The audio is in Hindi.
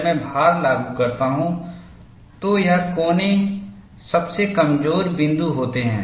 जब मैं भार लागू करता हूं तो यह कोने सबसे कमजोर बिंदु होता है